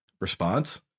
response